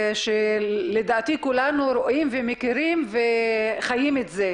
כולנו רואים ומכירים וחיים את זה.